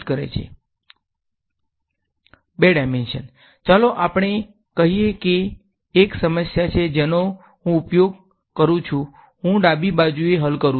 વિદ્યાર્થી બે ડાયમેન્શન ચાલો આપણે કહીએ કે એક સમસ્યા છે જેનો હું ઉપયોગ કરું છું હું ડાબી બાજુએ હલ કરું છું